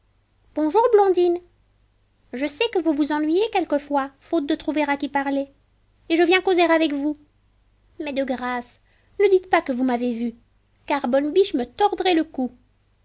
bonjour blondine je sais que vous vous ennuyez quelquefois faute de trouver à qui parler et je viens causer avec vous mais de grâce ne dites pas que vous m'avez vu car bonne biche me tordrait le cou